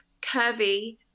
curvy –